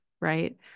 right